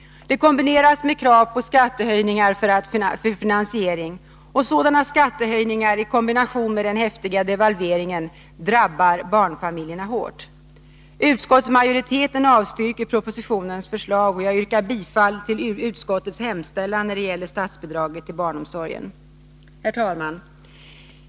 Det kombineras med krav på skattehöjningar för finansieringen, och sådana skattehöjningar i kombination med den häftiga devalveringen drabbar barnfamiljerna hårt. Utskottsmajoriteten avstyrker propositionens förslag, och jag yrkar bifall till utskottets hemställan när det gäller statsbidraget till barnomsorgen. Herr talman!